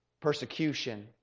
persecution